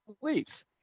beliefs